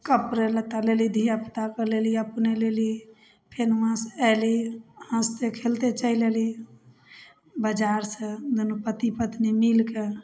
कपड़े लत्ता लेलहुँ धिआपुताके लेलहुँ अपने लेलहुँ फेर वहाँसँ अएलहुँ हँसिते खेलिते चलि अएलहुँ बजारसँ दुनू पति पत्नी मिलिके